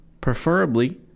Preferably